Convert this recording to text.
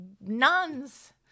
nuns